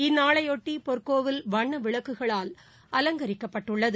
இந்நாளையொட்டிபொற்கோவில் வண்ணவிளக்குகளால் அலங்கரிக்கப்பட்டுள்ளது